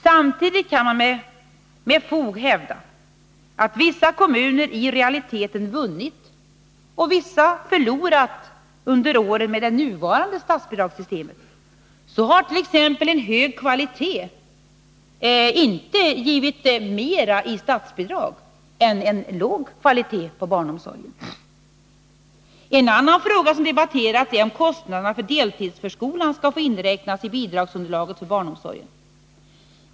Samtidigt kan man med fog hävda att vissa kommuner i realiteten vunnit och vissa förlorat under åren med det nuvarande statsbidragssystemet. Så har t.ex. inte en hög kvalitet givit mera i statsbidrag än en låg kvalitet på barnomsorgen. En annan fråga som debatterats är om kostnaderna för deltidsförskolan skall få inräknas i bidragsunderlaget för barnomsorgen.